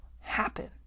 happen